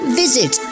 visit